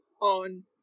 on